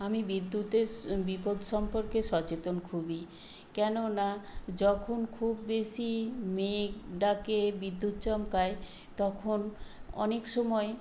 আমি বিদ্যুতের স বিপদ সম্পর্কে সচেতন খুবই কেননা যখন খুব বেশি মেঘ ডাকে বিদ্যুৎ চমকায় তখন অনেক সময়